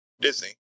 Disney